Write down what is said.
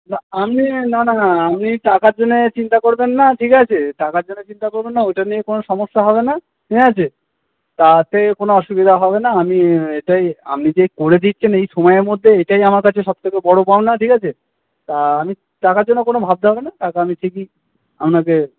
আমি না না আপনি টাকার জন্যে চিন্তা করবেন না ঠিক আছে টাকার জন্য চিন্তা করবেন না ওটা নিয়ে কোন সমস্যা হবে না ঠিক আছে তাতে কোন আসুবিধা হবেনা আমি এটাই আপনি যে করে দিচ্ছেন এই সময়ের মধ্যে এইটাই আমার কাছে সব থেকে বড়ো পাওনা ঠিক আছে তা আমি টাকার জন্য কোন ভাবতে হবেনা টাকা আমি ঠিকই আপনাকে